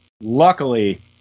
luckily